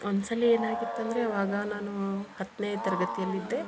ಒಂದ್ಸಲಿ ಏನಾಗಿತ್ತಂದರೆ ಆವಾಗ ನಾನು ಹತ್ತನೇ ತರಗತಿಯಲ್ಲಿದ್ದೆ